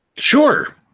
Sure